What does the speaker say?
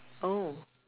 oh